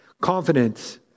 Confidence